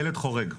ילד חורג.